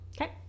Okay